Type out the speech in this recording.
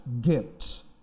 gifts